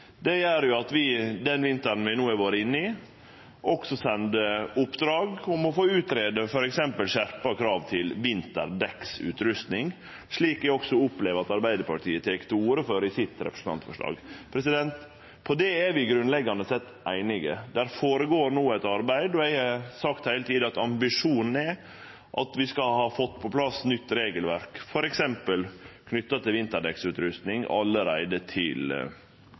Det gjer at vi den vinteren vi no har vore inne i, også sender oppdrag om å få greidd ut f.eks. skjerpa krav til vinterdekksutrusting, slik eg også opplever at Arbeidarpartiet tek til orde for i sitt representantforslag. På det er vi grunnleggjande sett einige. Det føregår no eit arbeid, og eg har sagt heile tida at ambisjonen er at vi skal ha fått på plass nytt regelverk f.eks. knytt til vinterdekksutrusting allereie til